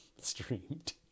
streamed